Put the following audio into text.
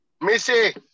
Missy